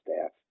staff